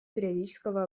периодического